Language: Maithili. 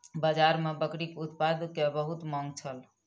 बाजार में बकरीक उत्पाद के बहुत मांग छल